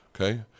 Okay